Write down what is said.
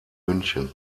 münchen